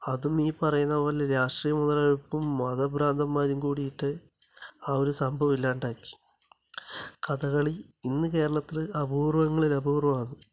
അതും ഈ പറയുന്ന പോലെ രാഷ്ട്രീയ മുതലെടുപ്പും മത ഭ്രാന്തന്മാരും കൂടിയിട്ട് ആ ഒരു സംഭവം ഇല്ലാണ്ടാക്കി കഥകളി ഇന്ന് കേരളത്തിൽ അപൂർവങ്ങളിൽ അപൂർവമാണ്